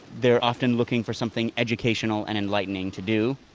they're often looking for something educational and enlightening to do.